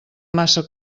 massa